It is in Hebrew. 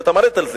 ואת עבדת על זה,